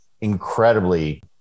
incredibly